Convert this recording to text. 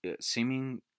seeming